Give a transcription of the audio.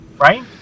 right